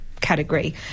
category